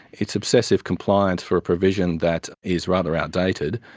it's obsessive compliance for a provision that is rather outdated.